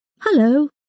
Hello